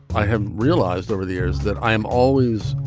i have realized over the years that i am always,